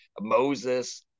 Moses